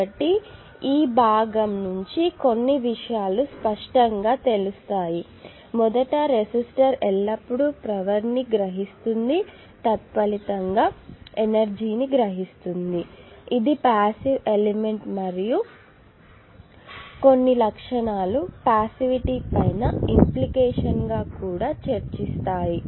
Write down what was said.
కాబట్టి ఈ విభాగం నుంచి కొన్ని విషయాలు స్పష్టంగా తెలుస్తాయి మొదట రెసిస్టర్ ఎల్లప్పుడూ పవర్ ను గ్రహిస్తుంది తత్ఫలితంగా ఇది ఎల్లప్పుడూ ఎనర్జీ ని గ్రహిస్తుంది ఇది పాసివ్ ఎలిమెంట్ మరియు కొన్ని లక్షణాలు పాస్సివిటీ పై ఇంప్లికేషన్స్ గా కూడా చర్చిస్తాము